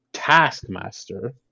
Taskmaster